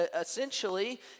essentially